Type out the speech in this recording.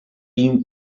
team